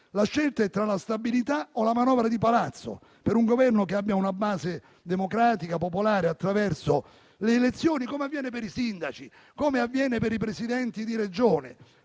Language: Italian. La scelta è tra la stabilità o la manovra di palazzo, per un Governo che abbia una base democratica e popolare attraverso le elezioni, come avviene per i sindaci e per i Presidenti di Regione.